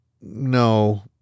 no